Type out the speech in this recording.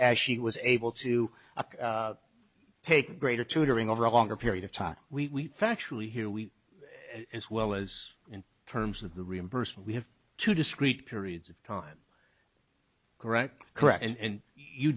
as she was able to a take greater tutoring over a longer period of time we factually here we as well as in terms of the reimbursement we have to discrete periods of time correct correct and